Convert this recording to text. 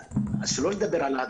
שלא לדבר על ההדבקה.